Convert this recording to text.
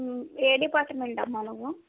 ఏ department అమ్మా నువ్వు